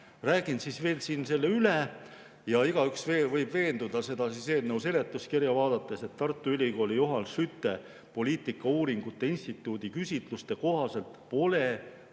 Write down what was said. Räägin veel selle üle. Igaüks võib veenduda eelnõu seletuskirja vaadates, et Tartu Ülikooli Johan Skytte poliitikauuringute instituudi küsitluse kohaselt pole